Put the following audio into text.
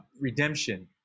redemption